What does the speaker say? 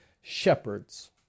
shepherds